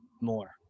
more